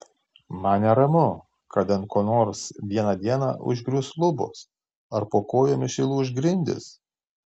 man neramu kad ant ko nors vieną dieną užgrius lubos ar po kojomis įlūš grindys